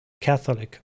Catholic